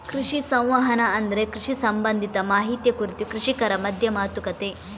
ಕೃಷಿ ಸಂವಹನ ಅಂದ್ರೆ ಕೃಷಿ ಸಂಬಂಧಿತ ಮಾಹಿತಿಯ ಕುರಿತು ಕೃಷಿಕರ ಮಧ್ಯ ಮಾತುಕತೆ